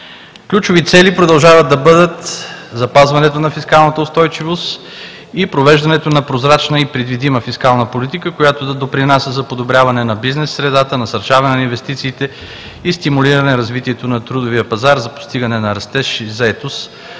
Ключови цели продължават да бъдат: запазването на фискалната устойчивост и провеждането на прозрачна и предвидима фискална политика, която да допринася за подобряване на бизнес средата, насърчаване на инвестициите и стимулиране развитието на трудовия пазар за постигане на растеж и заетост,